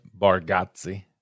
Bargazzi